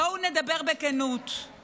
בואו נדבר בכנות,